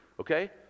okay